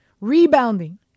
Rebounding